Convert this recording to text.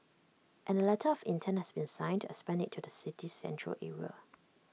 and A letter of intent has been signed to expand IT to the city's Central Area